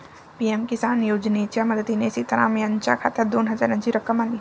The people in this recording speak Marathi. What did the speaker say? पी.एम किसान योजनेच्या मदतीने सीताराम यांच्या खात्यात दोन हजारांची रक्कम आली